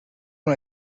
una